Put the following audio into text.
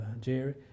Jerry